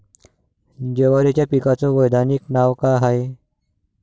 जवारीच्या पिकाचं वैधानिक नाव का हाये?